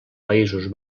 països